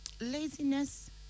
laziness